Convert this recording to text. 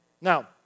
Now